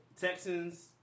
Texans